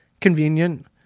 convenient